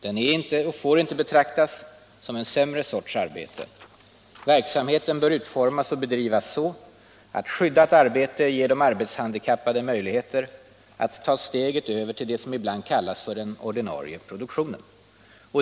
Den är inte och får inte betraktas som en sämre sorts arbete. Verksamheten bör utformas och bedrivas så att skyddat arbete ger de arbetshandikappade möjligheter att ta steget över till det som ibland kallas ”den ordinarie produktionen”.